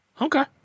Okay